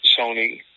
Sony